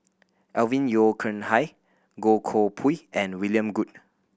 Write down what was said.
Alvin Yeo Khirn Hai Goh Koh Pui and William Goode